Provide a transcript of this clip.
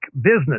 business